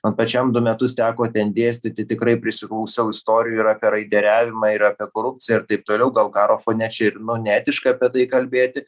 man pačiam du metus teko ten dėstyti tikrai prisiklausiau istorijų ir apie raideriavimą ir apie korupciją ir taip toliau gal karo fone čia ir nu neetiška apie tai kalbėti